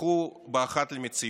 הפכו באחת למציאות.